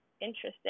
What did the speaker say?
interesting